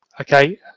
Okay